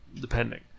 depending